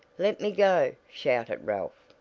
let me go! shouted ralph.